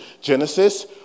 Genesis